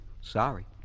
Sorry